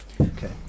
Okay